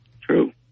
True